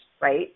right